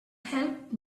helped